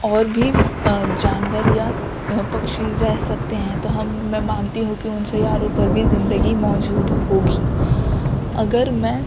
اور بھی جانور یا پکشی رہ سکتے ہیں تو ہم میں مانتی ہوں کہ ان سیاروں پر بھی زندگی موجود ہوگی اگر میں